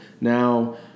Now